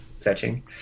fetching